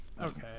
Okay